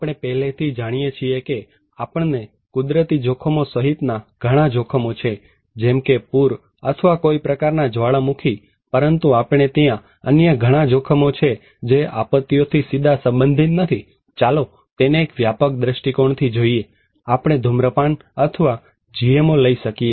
આપણે પહેલેથી જ જાણીએ છીએ કે આપણને કુદરતી જોખમો સહિતના ઘણા જોખમો છે જેમકે પુર અથવા કોઈ પ્રકારના જ્વાળામુખી પરંતુ આપણે ત્યાં અન્ય ઘણા જોખમો છે જે આપત્તિઓથી સીધા સંબંધિત નથી ચાલો તેને એક વ્યાપક દ્રષ્ટિકોણથી જોઈએ આપણે ધુમ્રપાન અથવા GMO લઈ શકીએ